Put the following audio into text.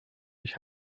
mich